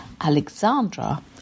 Alexandra